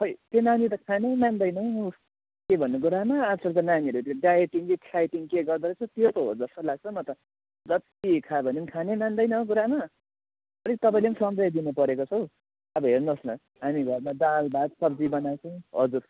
खोइ त्यो नानी त खानै मान्देन हौ के भन्नु गुरुआमा आजकलको नानीहरू त्यो डाइटिङ्ग कि थ्राइटिङ के गर्दो रहेछ त्यो पो हो जस्तो लाग्छ हौ म त जति खाऊ भने खानै मान्दैन हो गुरुआमा अलिक तपाईँले सम्झाइदिनु परेको छ हौ अब हेर्नु होस् न हामी घरमा दाल भात सब्जी बनाउँछौँ हजुर